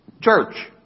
church